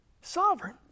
sovereign